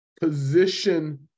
position